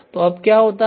तो अब क्या होता है